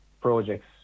projects